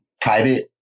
private